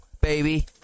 baby